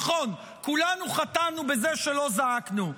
נכון, כולנו חטאנו בזה שלא זעקנו.